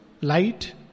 light